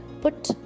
put